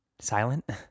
Silent